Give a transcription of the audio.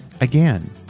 Again